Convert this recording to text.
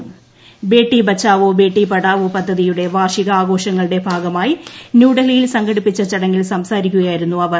ബേഠി ബച്ചാവോ ബേഠി പഠാവോ പദ്ധതിയുടെ വാർഷിക ആഘോഷങ്ങളുടെ ഭാഗമായി ന്യൂഡൽഹിയിൽ സംഘടിപ്പിച്ചു ചടങ്ങിൽ സംസാരിക്കുകയായിരുന്നു അവർ